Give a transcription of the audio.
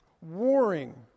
Warring